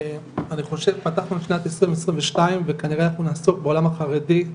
אני חושבת פתחנו את שנת 2022 וכנראה אנחנו נעסוק בעולם החרדי,